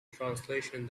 translation